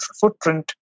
footprint